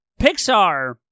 Pixar